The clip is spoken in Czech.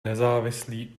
nezávislý